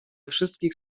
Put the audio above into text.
wszystkich